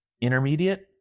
intermediate